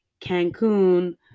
Cancun